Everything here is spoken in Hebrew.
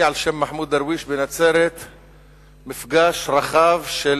על שם מחמוד דרוויש בנצרת מפגש רחב של